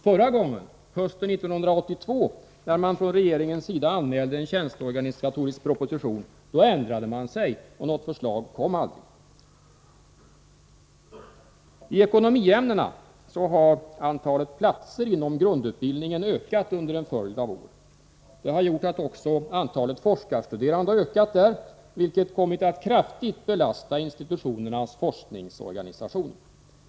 Förra gången, hösten 1982, när man från regeringens sida anmälde en tjänsteorganisatorisk proposition ändrade man sig, och något förslag kom aldrig. I ekonomiämnena har antalet platser inom grundutbildningen ökat under en följd av år. Det har gjort att också antalet forskarstuderande har ökat, vilket kommit att kraftigt belasta institutionernas forskningsorganisation.